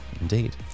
indeed